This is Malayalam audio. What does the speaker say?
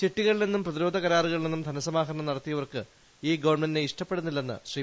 ചിട്ടികളിൽ നിന്നും പ്രതിരോധ കരാറുകളിൽ നിന്നും ധനസമാഹരണം നടത്തിയവർക്ക് ഈ ഗവൺമെന്റിനെ ഇഷ്ടപ്പെടുന്നില്ലെന്ന് ശ്രീ